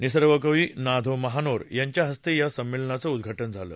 निसर्गकवी ना धों महानोर यांच्याहस्ते या संमेलनाचं उद्वाटन झालं